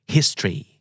History